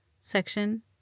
Section